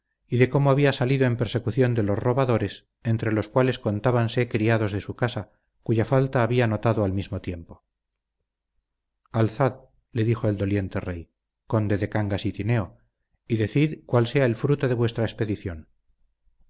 y de cómo había salido en persecución de los robadores entre los cuales contábanse criados de su casa cuya falta había notado al mismo tiempo alzad le dijo el doliente rey conde de cangas y tineo y decid cuál sea el